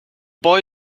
boy